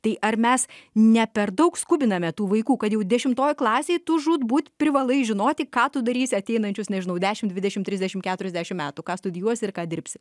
tai ar mes ne per daug skubiname tų vaikų kad jau dešimtoj klasėj tu žūtbūt privalai žinoti ką tu darysi ateinančius nežinau dešim dvidešim trisdešim keturiasdešim metų ką studijuosi ir ką dirbsi